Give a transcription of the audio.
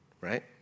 right